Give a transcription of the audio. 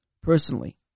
Personally